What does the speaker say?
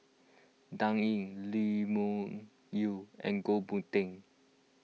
Dan Ying Lee Wung Yew and Goh Boon Teck